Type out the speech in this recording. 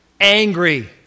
angry